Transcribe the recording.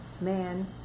man